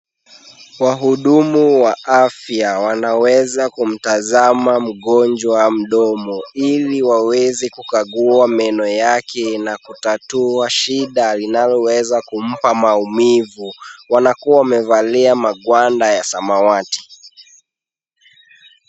Wahudumu wa afya wanaweza kumtazama mgonjwa mdomo ili waweze kukagua meno yake na kutatua shida linaloweza kumpa maumivu. Wanakuwa wamevalia magwanda ya samawati.